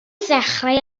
ddechrau